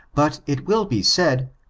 but, it will be said,